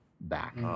back